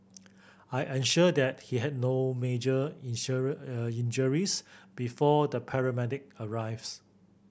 I ensured that he had no major injuries before the paramedic arrives